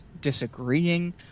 disagreeing